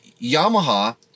yamaha